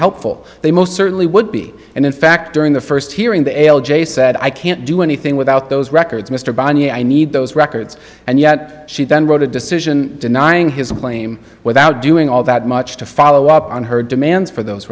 helpful they most certainly would be and in fact during the first hearing the l j said i can't do anything without those records mr banja i need those records and yet she then wrote a decision denying his claim without doing all that much to follow up on her demands for those